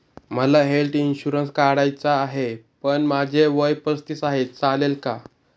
मला health insurance काढायचा आहे पण माझे वय पस्तीस आहे, चालेल का?